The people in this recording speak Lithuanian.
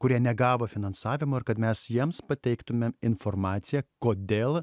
kurie negavo finansavimo ir kad mes jiems pateiktumėm informaciją kodėl